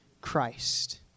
Christ